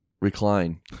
Recline